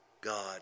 God